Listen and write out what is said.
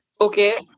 Okay